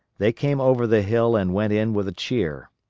they came over the hill and went in with a cheer.